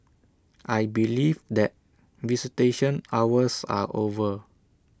I believe that visitation hours are over